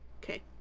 Okay